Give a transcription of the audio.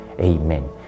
Amen